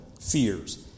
fears